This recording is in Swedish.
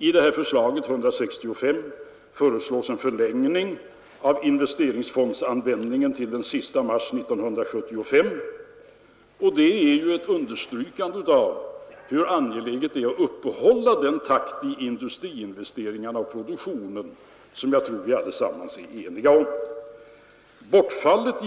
I propositionen föreslås en förlängning av investeringsfondernas användning till den 31 mars 1975, och det är ju ett understrykande av hur angeläget det är att uppehålla den takt i industriinvesteringarna och produktionen som jag tror att vi alla är eniga om bör